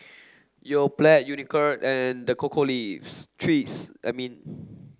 Yoplait Unicurd and The Cocoa Leaves Trees I mean